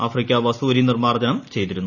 Africa വസൂരി നിർമ്മാർജ്ജനം ചെയ്തിരുന്നു